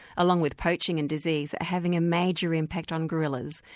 along with poaching and disease, are having a major impact on gorillas,